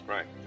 Right